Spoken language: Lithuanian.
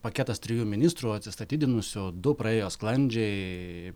paketas trijų ministrų atsistatydinusių du praėjo sklandžiai